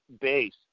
base